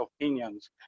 opinions